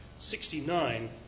69